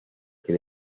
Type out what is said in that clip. que